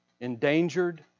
endangered